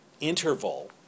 interval